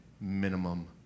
minimum